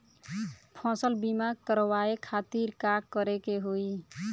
फसल बीमा करवाए खातिर का करे के होई?